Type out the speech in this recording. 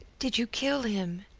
did you kill him?